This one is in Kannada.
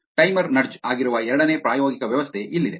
ಟೈಮರ್ ನಡ್ಜ್ ಆಗಿರುವ ಎರಡನೇ ಪ್ರಾಯೋಗಿಕ ವ್ಯವಸ್ಥೆ ಇಲ್ಲಿದೆ